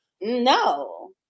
No